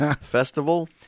Festival